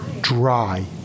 Dry